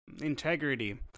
integrity